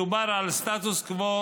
מדובר על סטטוס קוו